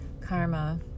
Karma